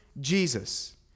Jesus